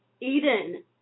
Eden